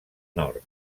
nord